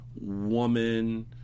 woman